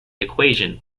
equation